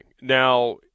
Now